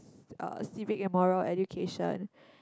uh civic and moral education